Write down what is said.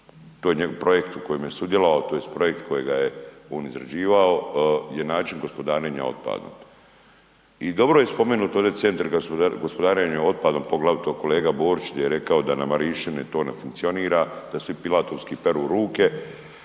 je njegov projekt u kojem je sudjelovao, tj. projekt kojega je on izrađivao je način gospodarenja otpadom. I dobro je spomenuto ovdje CGO-i, poglavito kolega Borić gdje je rekao da na Marišćini to ne funkcionira, da svi pilatovski peru ruke